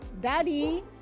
Daddy